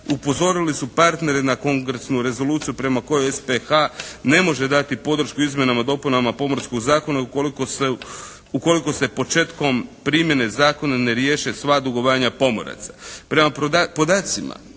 upozorili su partnere na kongresnu rezoluciju prema kojoj SPH ne može dati podršku izmjenama i dopunama Pomorskog zakona ukoliko se početkom primjene zakona ne riješe sva dugovanja pomoraca.